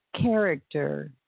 character